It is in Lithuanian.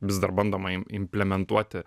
vis dar bandoma implementuoti